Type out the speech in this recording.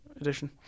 edition